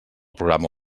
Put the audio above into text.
programa